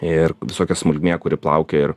ir visokia smulkmė kuri plaukioja ir